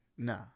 Nah